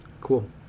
Cool